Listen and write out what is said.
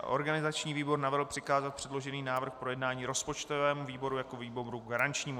Organizační výbor navrhl přikázat předložený návrh k projednání rozpočtovému výboru jako výboru garančnímu.